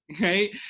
right